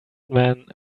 man